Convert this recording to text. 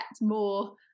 more